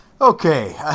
Okay